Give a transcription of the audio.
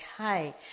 Okay